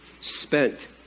spent